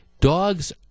dogs